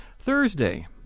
Thursday